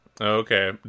Okay